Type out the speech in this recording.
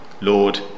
Lord